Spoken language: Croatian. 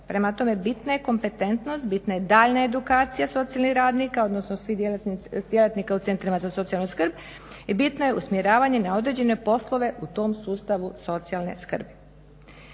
Prema tome bitna je kompetentnost, bitna je daljnja edukacija socijalnih radnika, odnosno svih djelatnika u centrima za socijalnu skrb i bitno je usmjeravanje na određene poslove u tom sustavu socijalne skrbi.